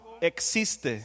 existe